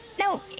No